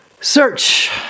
search